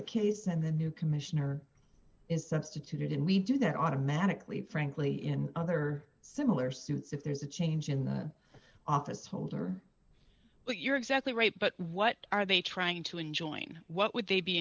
the case and the new commissioner is substituted and we do that automatically frankly in other similar suits if there's a change in the office holder but you're exactly right but what are they trying to enjoin what would they be